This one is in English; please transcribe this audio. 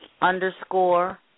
underscore